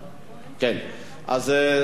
אז בבקשה,